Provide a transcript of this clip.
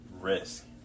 risk